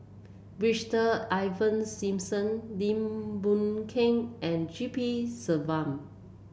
Brigadier Ivan Simson Lim Boon Keng and G P Selvam